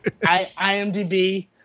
IMDb